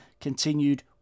continued